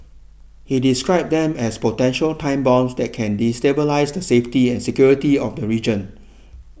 he described them as potential time bombs that can destabilise the safety and security of the region